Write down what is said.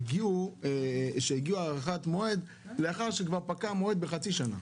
הגיעו בבקשה להארכת מועד לאחר שכבר פקע המועד בחצי שנה,